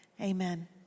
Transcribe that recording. Amen